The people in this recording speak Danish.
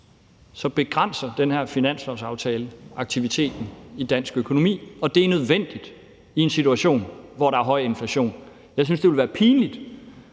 set begrænser den her finanslovsaftale aktiviteten i dansk økonomi, og det er nødvendigt i en situation, hvor der er høj inflation. Jeg synes, at det ville være pinligt